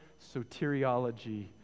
soteriology